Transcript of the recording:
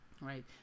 right